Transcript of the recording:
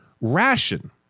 ration